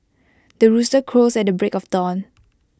the rooster crows at the break of dawn